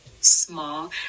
small